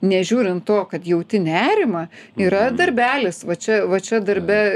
nežiūrint to kad jauti nerimą yra darbelis va čia va čia darbe